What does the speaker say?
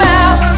out